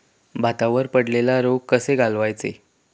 भातावर पडलेलो रोग कसो घालवायचो?